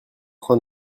train